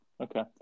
Okay